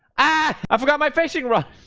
ah i forgot my fishing rod